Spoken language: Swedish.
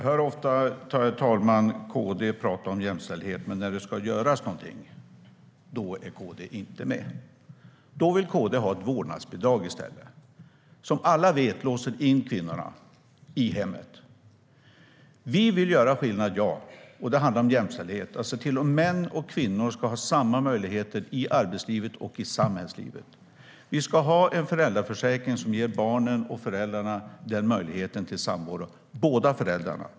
Herr talman! Jag hör ofta KD prata om jämställdhet. Men när det ska göras någonting är KD inte med. Då vill KD i stället ha ett vårdnadsbidrag, vilket som alla vet låser in kvinnorna i hemmet. Ja, vi vill göra skillnad, och det handlar om jämställdhet, om att se till att män och kvinnor ska ha samma möjligheter i arbetslivet och i samhällslivet. Vi ska ha en föräldraförsäkring som ger barnen möjlighet att vara tillsammans med båda föräldrarna.